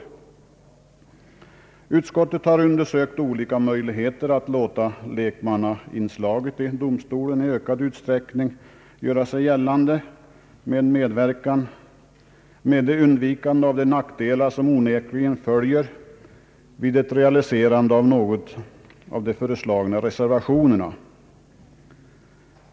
Utskottet har undersökt olika möjligheter att låta lekmannainslaget vid domstol i ökad utsträckning göra sig gällande med undvikande av de nackdelar som onekligen följer vid realiserande av någon av de föreslagna reservationerna.